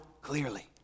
clearly